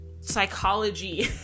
psychology